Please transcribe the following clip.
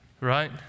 right